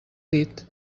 dit